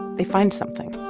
they find something.